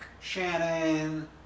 Shannon